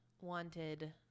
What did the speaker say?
wanted